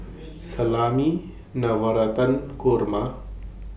Salami Navratan Korma